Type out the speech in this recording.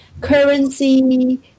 currency